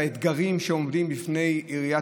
האתגרים שעומדים בפני עיריית